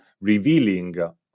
revealing